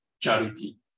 charity